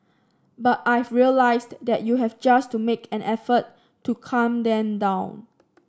but I've realised that you just have to make an effort to calm them down